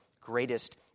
greatest